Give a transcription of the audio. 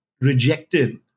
rejected